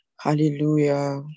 Hallelujah